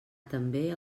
també